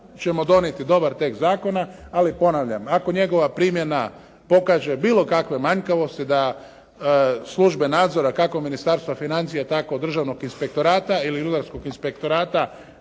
ćemo donijeti dobar tekst zakona. Ali ponavljam, ako njegova primjena pokaže bilo kakve manjkavosti da službe nadzora, kako Ministarstva financija tako Državnog inspektorata ili rudarskog inspektorata